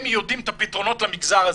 הם יודעים מה הפתרונות למגזר הזה.